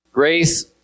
Grace